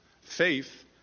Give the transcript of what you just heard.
Faith